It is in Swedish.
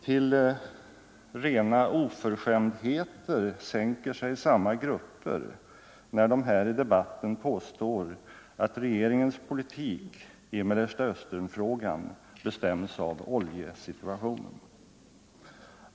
Till rena oförskämdheter sänker sig samma grupper när de här i debatten påstår att regeringens politik i Mellersta Östern-frågan bestäms av oljesituationen.